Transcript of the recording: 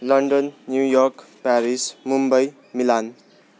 London New York Paris Mumbai Milan